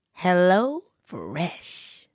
HelloFresh